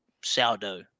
sourdough